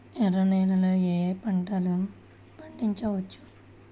ఎర్ర నేలలలో ఏయే పంటలు పండించవచ్చు?